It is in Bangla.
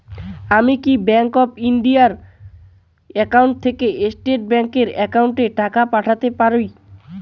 আমি কি ব্যাংক অফ ইন্ডিয়া এর একাউন্ট থেকে স্টেট ব্যাংক এর একাউন্টে টাকা পাঠাতে পারি?